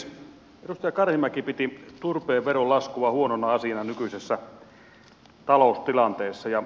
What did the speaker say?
edustaja karimäki piti turpeen veron laskua huonona asiana nykyisessä taloustilanteessa